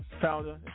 founder